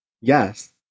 Yes